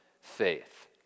faith